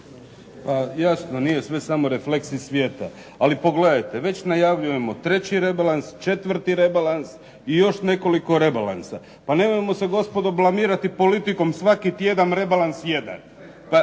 Pa jasno nije samo refleks iz svijeta. Ali pogledajte već najavljujemo treći rebalans, četvrti rebalans i još nekoliko rebalansa. Pa nemojmo se gospodo blamirati politikom. Svaki tjedan rebalans jedan.